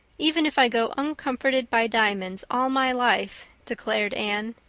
even if i go uncomforted by diamonds all my life, declared anne.